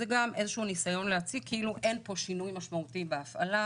זה גם איזשהו ניסיון להציג כאילו אין פה שינוי משמעותי בהפעלה,